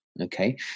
Okay